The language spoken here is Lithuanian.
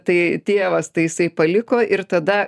tai tėvas tai jisai paliko ir tada